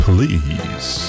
Please